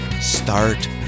start